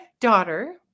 daughter